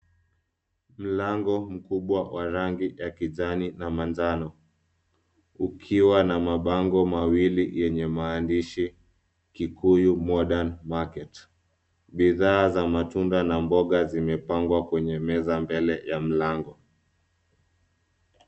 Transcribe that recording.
Mlango mkubwa wa rangi ya kijani na manjano ukiwa na mabango mawili yenye maandishi Kikuyu Modern Market . Bidhaa za matunda na mboga zimepangwa kwenye meza mbele ya mlango.